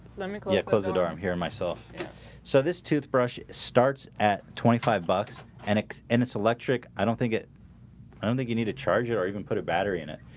let me close close the door. i'm hearing myself so this toothbrush starts at twenty five bucks, and it's and it's electric. i don't think it i don't think you need to charge it or even put a battery in it,